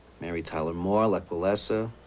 mary tyler moore, lech walesa,